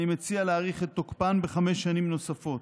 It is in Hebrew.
אני מציע להאריך את תוקפן בחמש שנים נוספות.